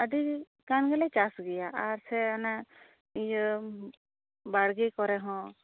ᱟᱹᱰᱤ ᱜᱟᱱ ᱜᱮᱞᱮ ᱪᱟᱥ ᱜᱮᱭᱟ ᱟᱨ ᱥᱮ ᱚᱱᱟ ᱤᱭᱟᱹ ᱵᱟᱲᱜᱮ ᱠᱚᱨᱮ ᱦᱚᱸ